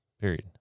Period